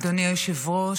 אדוני היושב-ראש,